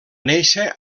néixer